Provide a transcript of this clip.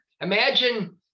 imagine